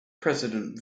president